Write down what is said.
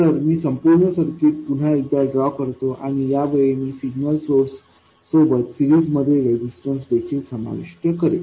तर मी संपूर्ण सर्किट पुन्हा एकदा ड्रॉ करतो आणि यावेळी मी सिग्नल सोर्स सोबत सीरिजमध्ये रेझिस्टन्स देखील समाविष्ट करेल